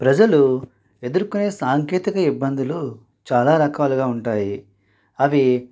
ప్రజలు ఎదుర్కునే సాంకేతిక ఇబ్బందులు చాలా రకాలుగా ఉంటాయి అవి